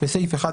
בסעיף 1,